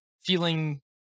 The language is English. feeling